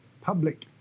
public